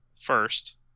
first